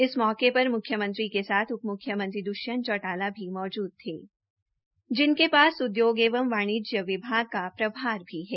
इस मौके पर मुख्यमंत्री के साथ उप मुख्यमंत्री दृष्यंत चौटाला भी मौजूद थे जिनके पास उद्योग एवं वाणिज्य विभाग का प्रभाग भी है